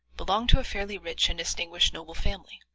belonged to a fairly rich and distinguished noble family,